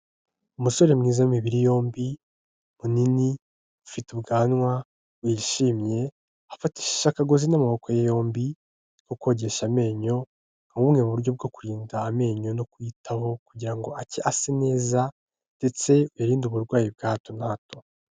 Umusore mwiza w'imibiri yombi, munini, ufite ubwanwa, wishimye, afatishije akagozi n'amako ye yombi, ko kogesha amenyo, nka bumwe buryo bwo kurinda amenyo no kuyitaho kugira ngo acye ase neza ndetse ayarinde uburwayi bwa hato na hato.